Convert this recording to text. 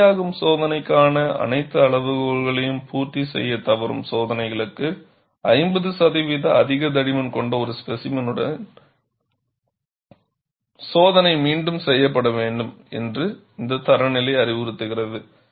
செல்லுபடியாகும் சோதனைக்கான அனைத்து அளவுகோல்களையும் பூர்த்தி செய்யத் தவறும் சோதனைகளுக்கு 50 சதவிகித அதிக தடிமன் கொண்ட ஒரு ஸ்பேசிமெனுடன் சோதனை மீண்டும் செய்யப்பட வேண்டும் என்று இந்த தரநிலை அறிவுறுத்துகிறது